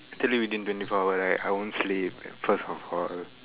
I tell you within twenty four hour right I won't sleep first of all